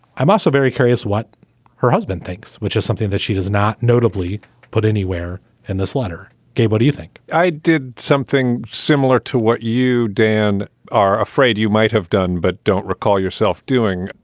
i'm also very curious what her husband thinks, which is something that she does not notably put anywhere in this letter. gabe, what do you think? i did something similar to what you, dan, are afraid you might have done, but don't recall yourself doing.